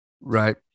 right